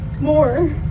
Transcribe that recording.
more